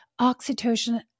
oxytocin